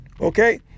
okay